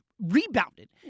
rebounded